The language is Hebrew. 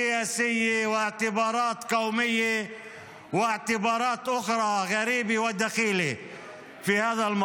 שיקולים פוליטיים ושיקולים לאומיים ושיקולים זרים אחרים בנושא הזה.